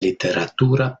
literatura